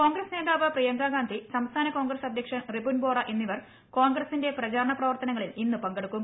കോൺഗ്രസ് നേതാവ് പ്രിയങ്ക ഗാന്ധി സംസ്ഥാന കോൺഗ്രസ് അധ്യക്ഷൻ റിപുൻ ബോറ എന്നിവർ കോൺഗ്രസിന്റെ പ്രചാരണ പ്രവർത്തനങ്ങളിൽ ഇന്ന് പങ്കെടുക്കും